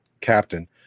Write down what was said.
captain